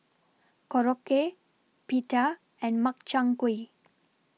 Korokke Pita and Makchang Gui